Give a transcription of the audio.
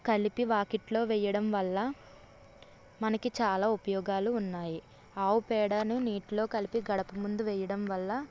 కలిపి వాకిట్లో వేయడం వల్ల మనకి చాలా ఉపయోగాలు న్నాయి ఆవు పేడను నీటిలో కలిపి గడప ముందు వేయడం వల్ల